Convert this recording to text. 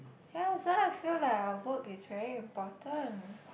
ya so I feel like our work is very important